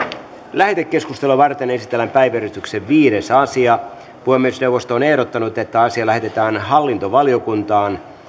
lähetekeskustelua varten esitellään päiväjärjestyksen viides asia puhemiesneuvosto on ehdottanut että asia lähetetään hallintovaliokuntaan